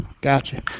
Gotcha